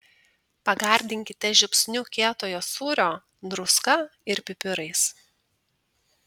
pagardinkite žiupsniu kietojo sūrio druska ir pipirais